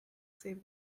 save